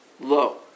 Low